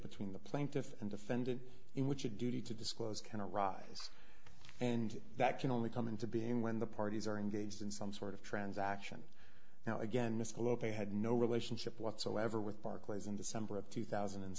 between the plaintiff and defendant in which a duty to disclose can arise and that can only come into being when the parties are engaged in some sort of transaction now again this whole ok had no relationship whatsoever with barclays in december of two thousand and